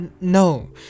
no